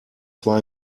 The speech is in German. zwar